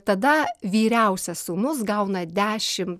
tada vyriausias sūnus gauna dešimt